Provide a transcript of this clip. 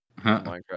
Minecraft